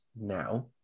now